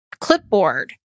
clipboard